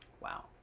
Wow